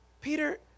Peter